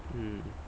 mm